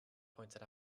pointed